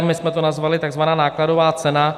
My jsme to nazvali takzvaná nákladová cena.